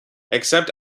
except